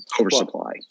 oversupply